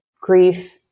grief